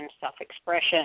self-expression